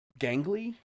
gangly